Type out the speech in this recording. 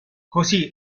così